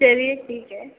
चलिए ठीक है